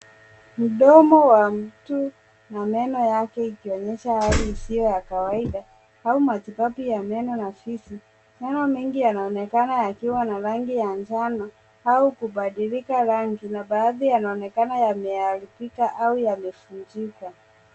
Mdomo wa mtu na meno yake ikionyesha hali isiyo ya kawaida au matibabu ya meno na ufizi. Meno mengi yanaonekana yakiwa na rangi ya njano au kubadilika rangi na baadhi yanaonekana yameharibika au yamevunjika.